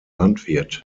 landwirt